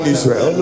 Israel